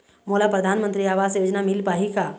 मोला परधानमंतरी आवास योजना मिल पाही का?